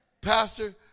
Pastor